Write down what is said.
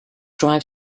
drive